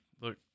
look